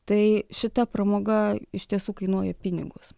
tai šita pramoga iš tiesų kainuoja pinigus